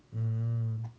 mm